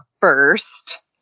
first